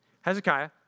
Hezekiah